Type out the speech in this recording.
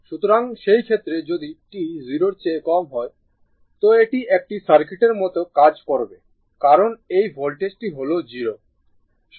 সুতরাং সেই ক্ষেত্রে যদি t 0 এর চেয়ে কম হয় তো এটি একটি সার্কিটের মতো কাজ করবে কারণ এই ভোল্টেজটি হল 0